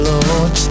Lord